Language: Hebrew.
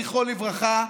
זכרו לברכה,